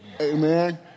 Amen